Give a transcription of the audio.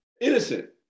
innocent